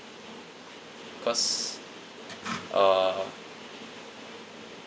cause uh